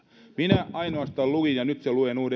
minä ainoastaan luin ja nyt sen luen